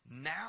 now